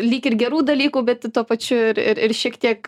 lyg ir gerų dalykų bet tuo pačiu ir ir ir šiek tiek